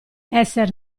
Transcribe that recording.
esser